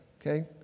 okay